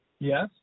Yes